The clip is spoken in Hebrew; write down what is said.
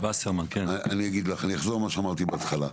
גברת וסרמן, אחזור על מה שאמרתי בהתחלה.